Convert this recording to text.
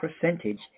percentage